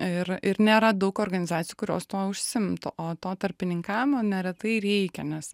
ir ir nėra daug organizacijų kurios tuo užsiimtų o to tarpininkavimo neretai reikia nes